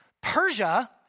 Persia